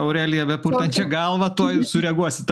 aureliją brpurtančią galvą tuoj sureaguosit